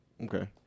Okay